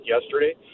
yesterday